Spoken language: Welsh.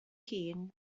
hun